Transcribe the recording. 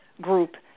group